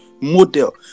model